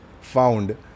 found